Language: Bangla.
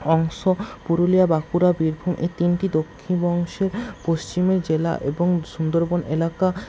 অংশ পুরুলিয়া বাঁকুড়া বীরভূম এই তিনটি দক্ষিণ অংশে পশ্চিমে জেলা এবং সুন্দরবন এলাকা